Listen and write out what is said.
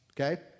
Okay